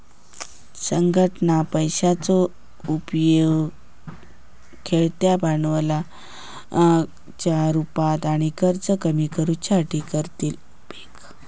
संघटना पैशाचो उपेग खेळत्या भांडवलाच्या रुपात आणि कर्ज कमी करुच्यासाठी करतली